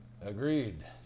Agreed